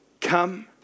Come